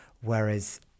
Whereas